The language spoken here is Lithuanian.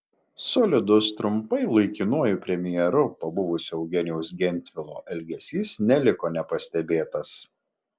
solidus trumpai laikinuoju premjeru pabuvusio eugenijaus gentvilo elgesys neliko nepastebėtas